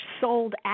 sold